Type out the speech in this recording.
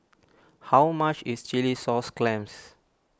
how much is Chilli Sauce Clams